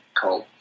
called